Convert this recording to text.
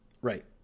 Right